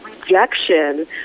rejection